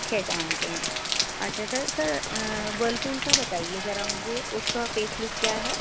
کھیتان کے اچھا sir sir Whirlpool کا بتائیے ذرا مجھے اس کا فیس لک کیا ہے